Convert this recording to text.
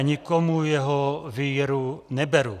Nikomu jeho víru neberu.